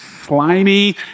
slimy